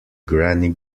granny